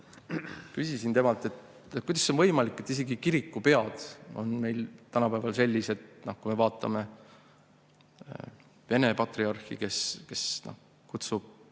küsisin temalt, kuidas on see võimalik, et isegi kirikupead on meil tänapäeval sellised. Kui me vaatame Vene patriarhi, kes mõistab